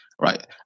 right